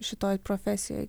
šitoj profesijoj